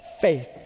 faith